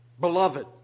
beloved